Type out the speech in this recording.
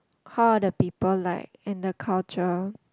how are the people like and the culture